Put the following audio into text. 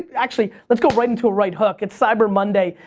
actually, let's go right into a right hook. it's cyber monday.